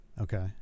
Okay